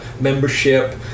membership